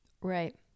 Right